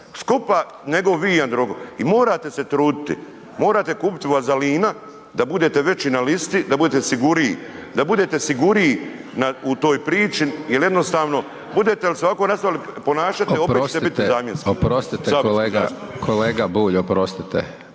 skupa nego vi i Jandroković i morate se truditi, morate kupiti vazalina, da budete veći na listi, da bude siguriji, da budete siguriji u toj priči jer jednostavno budete li se ovako nastavili ponašati opet ćete biti zamjenski saborski zastupnik.